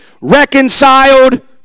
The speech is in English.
reconciled